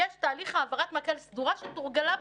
יש תהליך העברת מקל סדורה שתורגלה בתרגילים,